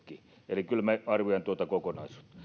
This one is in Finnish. eli kyllä minä arvioin tuota kokonaisuutta